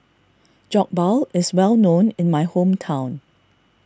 Jokbal is well known in my hometown